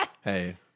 Hey